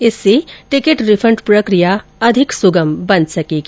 इससे ticket refund प्रक्रिया अधिक सुगम बन सकेगी